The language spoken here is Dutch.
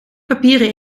papieren